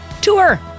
tour